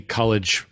college